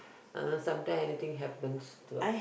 unless some time anything happens to